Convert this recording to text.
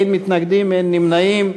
אין מתנגדים, אין נמנעים.